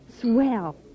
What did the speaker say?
Swell